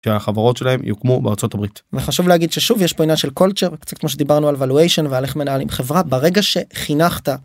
שהחברות שלהם יוקמו בארצות הברית. וחשוב להגיד ששוב יש פה עניין של culture, קצת כמו שדיברנו על וואלואיישן ועל איך מנהלים חברה, ברגע שחינכת